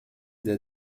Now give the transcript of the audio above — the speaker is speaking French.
des